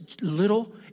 little